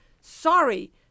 Sorry